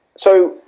so,